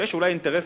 ויש אולי למדינה